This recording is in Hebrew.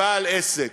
כבעל עסק.